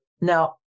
now